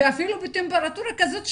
ואפילו בטמפרטורה כזאת,